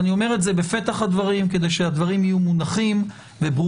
אני אומר את זה בפתח הדברים כדי שהדברים יהיו מונחים וברורים.